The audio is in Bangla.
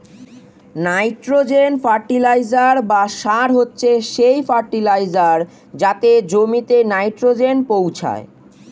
নাইট্রোজেন ফার্টিলাইজার বা সার হচ্ছে সেই ফার্টিলাইজার যাতে জমিতে নাইট্রোজেন পৌঁছায়